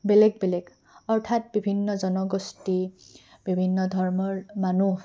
বেলেগ বেলেগ অৰ্থাৎ বিভিন্ন জনগোষ্ঠী বিভিন্ন ধৰ্মৰ মানুহ